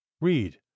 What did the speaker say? read